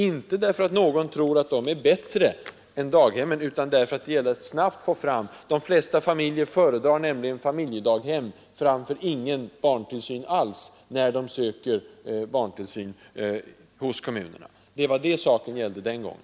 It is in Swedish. Inte därför att vi ansåg att de är bättre än daghemmen, utan därför att det gällde att snabbt få fram platser — de flesta familjer föredrar nämligen familjedaghem framför ingen barntillsyn alls när de söker hjälp från kommunens sida. Det var det saken gällde den gången.